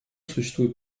существует